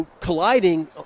colliding